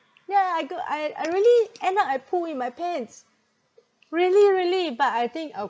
yeah I got I I really end up I poo in my pants really really but I think of